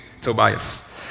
Tobias